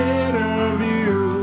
interview